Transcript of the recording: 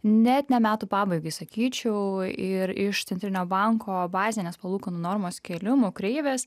net ne metų pabaigai sakyčiau ir iš centrinio banko bazinės palūkanų normos kėlimų kreivės